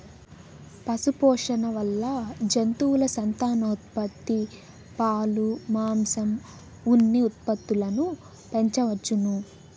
పశుపోషణ వల్ల జంతువుల సంతానోత్పత్తి, పాలు, మాంసం, ఉన్ని ఉత్పత్తులను పెంచవచ్చును